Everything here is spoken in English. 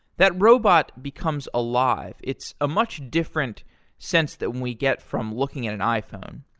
that robot becomes alive. it's a much different sense than we get from looking at an iphone.